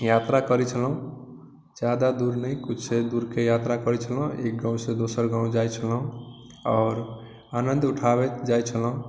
यात्रा करै छलहुँ ज्यादा दूर नहि किछुए दूरके यात्रा करै छलहुँ एक गाँवसँ दोसर गाँव जाइ छलहुँ आओर आनन्द उठाबैत जाइ छलहुँ